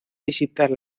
visitar